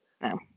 No